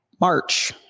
march